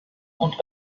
und